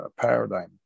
paradigm